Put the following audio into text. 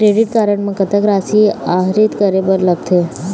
Credit card म कतक राशि आहरित करे बर लगथे?